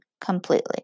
completely